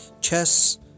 chess